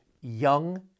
young